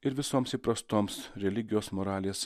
ir visoms įprastoms religijos moralės